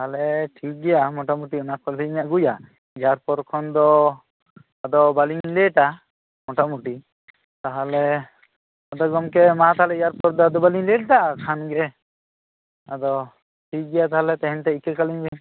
ᱚ ᱛᱟᱦᱚᱞᱮ ᱴᱷᱤᱠ ᱜᱮᱭᱟ ᱢᱳᱴᱟ ᱢᱩᱴᱤ ᱚᱱᱟ ᱠᱚᱞᱤᱧ ᱟᱹᱜᱩᱭᱟ ᱮᱭᱟᱨ ᱯᱚᱨ ᱠᱷᱚᱱ ᱫᱚ ᱟᱫᱚ ᱵᱟᱞᱤᱧ ᱞᱮᱹᱴᱟ ᱢᱳᱴᱟ ᱢᱩᱴᱤ ᱛᱟᱦᱚᱞᱮ ᱟᱫᱚ ᱜᱚᱢᱠᱮ ᱢᱟ ᱛᱟᱦᱚᱞᱮ ᱮᱭᱟᱨ ᱯᱚᱨ ᱫᱚ ᱟᱫᱚ ᱵᱟᱞᱤᱧ ᱞᱮᱹᱴ ᱮᱫᱟ ᱠᱷᱟᱱ ᱜᱮ ᱟᱫᱚ ᱴᱷᱤᱠ ᱜᱮᱭᱟ ᱛᱟᱦᱚᱞᱮ ᱛᱮᱦᱮᱧ ᱛᱮᱫ ᱤᱠᱟᱹ ᱠᱟᱹᱞᱤᱧ ᱵᱮᱱ